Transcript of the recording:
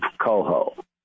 coho